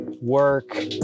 Work